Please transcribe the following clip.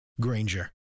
Granger